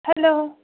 hello